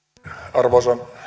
arvoisa